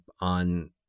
on